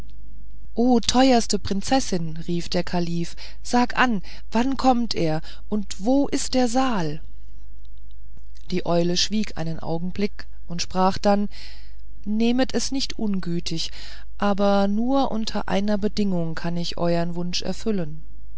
oh teuerste prinzessin rief der kalif sag an wann kommt er und wo ist der saal die eule schwieg einen augenblick und sprach dann nehmet es nicht ungütig aber nur unter einer bedingung kann ich euern wunsch erfüllen